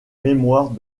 mémoires